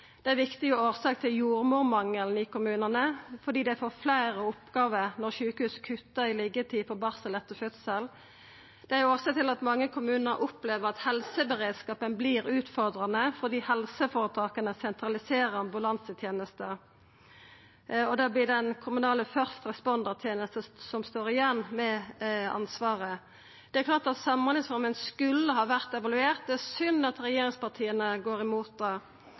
er ei viktig årsak til jordmormangelen i kommunane, fordi dei får fleire oppgåver når sjukehus kuttar i liggjetid på barsel etter fødsel. Det er årsaka til at mange kommunar opplever at helseberedskapen vert utfordrande, fordi helseføretaka sentraliserer ambulansetenesta, og da vert det den kommunale «first responder»-tenesta som står igjen med ansvaret. Det er klart at Samhandlingsreforma skulle ha vore evaluert. Det er synd at regjeringspartia går imot